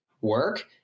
work